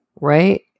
right